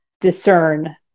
discern